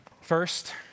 First